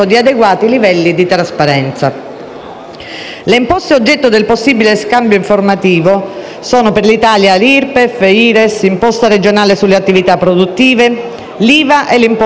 Le imposte oggetto del possibile scambio informativo sono - per l'Italia - IRPEF, IRES, l'imposta regionale sulle attività produttive, l'IVA e le imposte su donazioni e successioni.